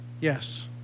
Yes